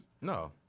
No